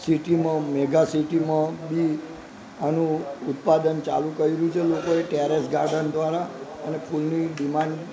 સિટીમાં મેગા સિટીમાં બી આનું ઉત્પાદન ચાલુ કર્યું લોકોએ ટેરેસ ગાર્ડન દ્વારા અને ફૂલની ડિમાન્ડ